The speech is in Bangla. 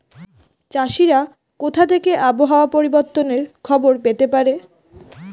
চাষিরা কোথা থেকে আবহাওয়া পরিবর্তনের খবর পেতে পারে?